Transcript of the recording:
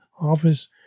office